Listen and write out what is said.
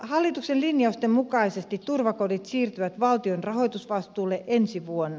hallituksen linjausten mukaisesti turvakodit siirtyvät valtion rahoitusvastuulle ensi vuonna